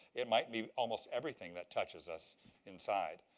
it might be almost everything that touches us inside.